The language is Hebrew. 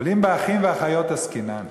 אבל אם באחים ואחיות עסקינן,